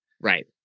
Right